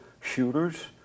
shooters